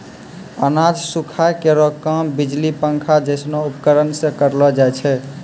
अनाज सुखाय केरो काम बिजली पंखा जैसनो उपकरण सें करलो जाय छै?